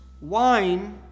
wine